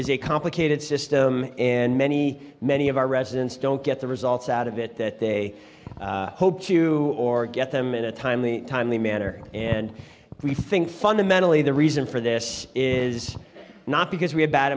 is a complicated system and many many of our residents don't get the results out of it that they hope to or get them in a timely timely manner and we think fundamentally the reason for this is not because we have bad